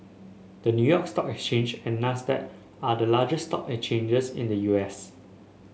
the New York Stock Exchange and Nasdaq are the largest stock exchanges in the U S